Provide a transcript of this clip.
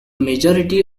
majority